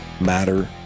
matter